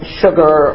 sugar